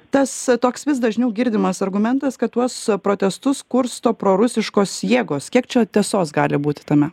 tas toks vis dažniau girdimas argumentas kad tuos protestus kursto prorusiškos jėgos kiek čia tiesos gali būti tame